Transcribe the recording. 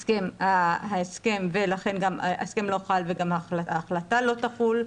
ההסכם לא חל וגם ההחלטה לא תחול.